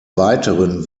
weiteren